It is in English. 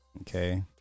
okay